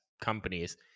companies